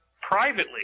privately